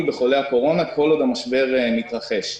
בחולי הקורונה כל עוד המשבר מתרחש.